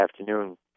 afternoon